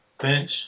bench